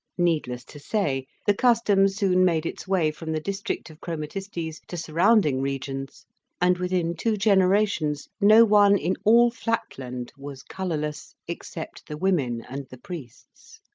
needless to say, the custom soon made its way from the district of chromatistes to surrounding regions and within two generations no one in all flatland was colourless except the women and the priests.